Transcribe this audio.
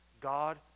God